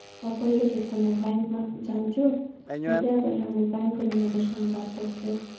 म पहिलोचोटि त म ब्याङ्कमा जान्छु र त्यहाँ गएर म ब्याङ्कको म्यानेजरसँग बात गर्छु